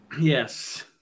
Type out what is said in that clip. yes